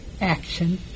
action